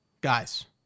Guys